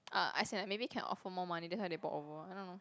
uh as in maybe can offer more money that's why they bought over I don't know